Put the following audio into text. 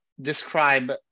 describe